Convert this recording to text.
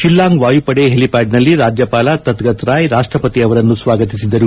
ಶಿಲ್ಲಾಂಗ್ ವಾಯುಪಡೆ ಹೆಲಿಪ್ನಾಡ್ನಲ್ಲಿ ರಾಜ್ಯಪಾಲ ತತ್ಗತ್ ರಾಯ್ ರಾಷ್ಟಪತಿ ಅವರನ್ನು ಸ್ನಾಗತಿಸಿದರು